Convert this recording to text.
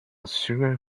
sugar